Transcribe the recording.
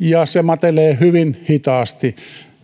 ja se matelee hyvin hitaasti